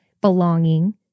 belonging